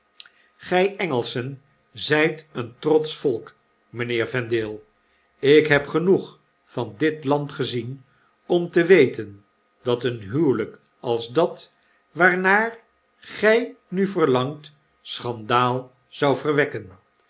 engelschen zgt een trotsch volk mgnheer vendale ik heb genoeg van dit land gezien om te weten dat een huwelgk als dat waarnaar gg nu verlangt schandaal zou verwekken